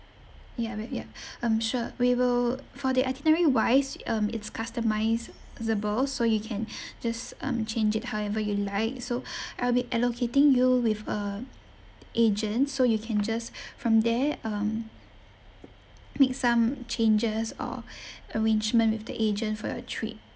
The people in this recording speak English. ya but ya um sure we will for the itinerary wise um it's customisable so you can just um change it however you like so I'll be allocating you with a agent so you can just from there um make some changes or arrangement with the agent for your trip